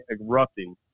erupting